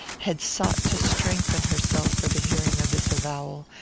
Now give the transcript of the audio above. had sought to strengthen herself for the hearing of this avowal,